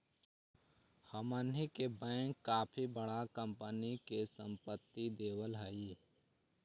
हमनी के बैंक काफी बडा कंपनी के संपत्ति देवऽ हइ